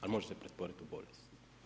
A može se pretvoriti u bolest.